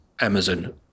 Amazon